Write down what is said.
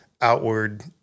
outward